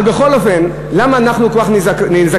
אבל בכל אופן, למה אנחנו כל כך נזעקים?